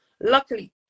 Luckily